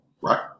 right